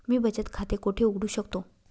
मी बचत खाते कोठे उघडू शकतो?